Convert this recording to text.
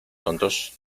tontos